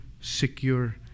secure